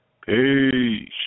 Peace